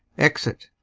exit